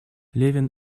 левин